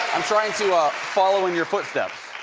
i'm trying to ah follow in your footsteps.